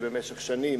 שבמשך שנים